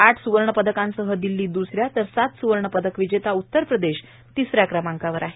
आठ स्रवर्ण पदकांसह दिल्ली दुसऱ्या तर सात सुवर्ण पदक विजेता उत्तर प्रदेश तिसऱ्या क्रमांकावर आहे